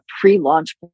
pre-launch